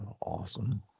Awesome